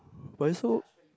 but also